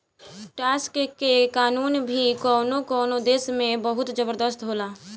tax के कानून भी कवनो कवनो देश में बहुत जबरदस्त होला